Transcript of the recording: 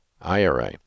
IRA